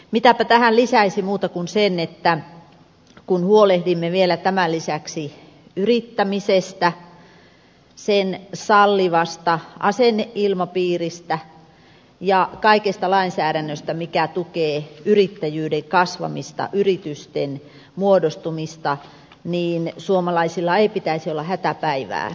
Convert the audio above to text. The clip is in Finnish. mitäpä tähän lisäisi muuta kuin sen että kun huolehdimme vielä tämän lisäksi yrittämisestä sen sallivasta asenneilmapiiristä ja kaikesta lainsäädännöstä joka tukee yrittäjyyden kasvamista yritysten muodostumista niin suomalaisilla ei pitäisi olla hätäpäivää